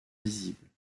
visible